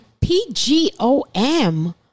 P-G-O-M